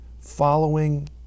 following